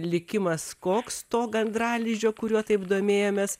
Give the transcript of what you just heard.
likimas koks to gandralizdžio kuriuo taip domėjomės